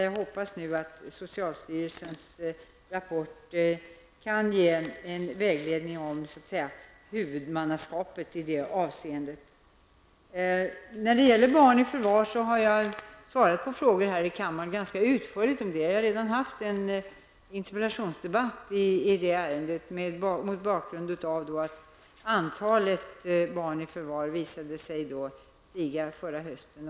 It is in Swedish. Jag hoppas att socialstyrelsens rapport kan ge en vägledning om huvudmannaskapet i detta avseende. Jag har ganska utförligt svarat på frågor här i kammaren om barn i förvar. Jag har redan haft en interpellationsdebatt i detta ärende mot bakgrund av att antalet barn i förvar visade sig stiga förra hösten.